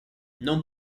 non